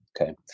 Okay